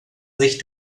sich